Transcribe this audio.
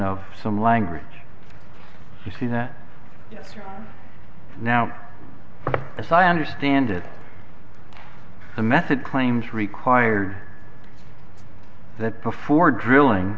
of some language you see that through now as i understand it the method claims require that before drilling